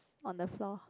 on the floor